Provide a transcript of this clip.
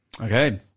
Okay